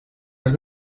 has